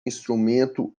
instrumento